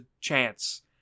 chance